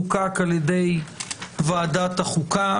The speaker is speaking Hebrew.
חוקק על-ידי ועדת החוקה,